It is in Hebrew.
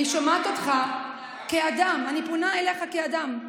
אני שומעת אותך כאדם, אני פונה אליך כאדם.